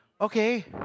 Okay